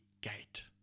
gate